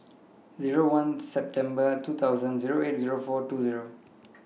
Zero one September two thousand Zero eight Zero four two Zero